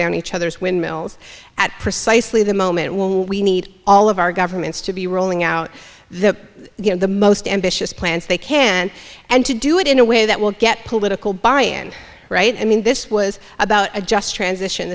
down each other's windmills at precisely the moment when we need all of our governments to be rolling out the you know the most ambitious plans they can and to do it in a way that will get political buy in right i mean this was about a just transition